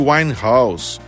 Winehouse